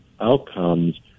outcomes